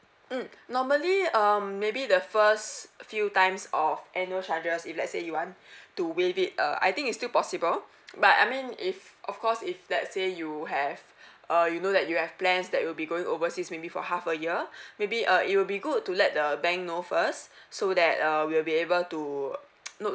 mm normally um maybe the first few times of annual charges if let's say you want to waive it uh I think is still possible but I mean if of course if let's say you have uh you know that you have plans that you'll be going overseas maybe for half a year maybe uh it will be good to let the bank know first so that uh we will be able to note